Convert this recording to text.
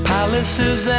Palaces